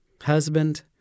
Husband